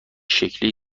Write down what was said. شکلی